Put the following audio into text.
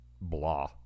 blah